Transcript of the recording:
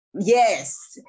Yes